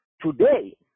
Today